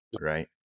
Right